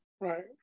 right